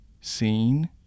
seen